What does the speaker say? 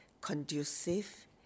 conducive